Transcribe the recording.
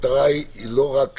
היא לא רק